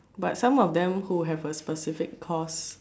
but some of them who have a specific course